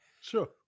Sure